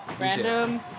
Random